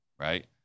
Right